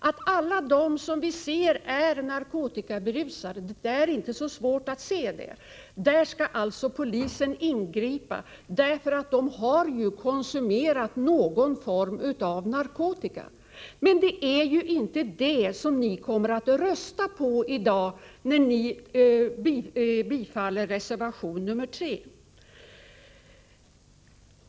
Mot alla dem som vi märker är narkotikaberusade — det är inte svårt att se det — skall polisen alltså ingripa. De har ju konsumerat någon form av narkotika. Men det är inte det ni i dag kommer att rösta för, när ni röstar för bifall till reservation nr 3.